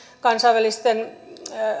kansainvälisten